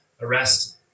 arrest